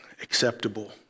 Acceptable